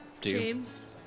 James